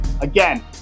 Again